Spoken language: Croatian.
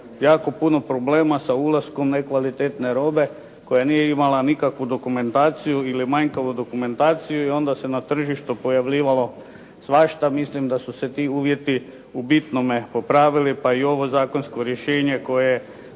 jako puno problema sa ulaskom nekvalitetne robe koja nije imala nikakvu dokumentaciju ili manjkavu dokumentaciju i onda se na tržištu pojavljivalo svašta. Mislim da su se ti uvjeti u bitnome popravili pa i ovo zakonsko rješenje koje